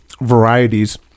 varieties